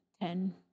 ten